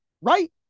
right